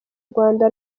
rwanda